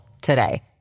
today